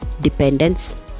Dependence